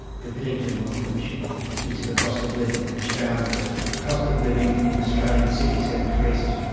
the piddington royal commission into the cost of living, which found that the cost of living in australian cities had increased,